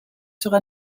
sera